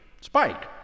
Spike